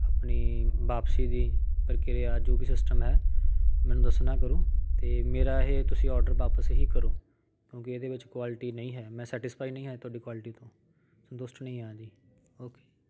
ਆਪਣੀ ਵਾਪਸੀ ਦੀ ਪ੍ਰਕਿਰਿਆ ਜੋ ਵੀ ਸਿਸਟਮ ਹੈ ਮੈਨੂੰ ਦੱਸਣਾ ਕਰੋ ਅਤੇ ਮੇਰਾ ਇਹ ਤੁਸੀਂ ਔਡਰ ਵਾਪਸ ਹੀ ਕਰੋ ਕਿਉਂਕਿ ਇਹਦੇ ਵਿੱਚ ਕੁਆਲਿਟੀ ਨਹੀਂ ਹੈ ਮੈਂ ਸੈਟਿਸਫਾਈ ਨਹੀਂ ਹੈ ਤੁਹਾਡੀ ਕੁਆਲਿਟੀ ਤੋਂ ਸੰਤੁਸ਼ਟ ਨਹੀਂ ਹਾਂ ਜੀ ਓਕੇ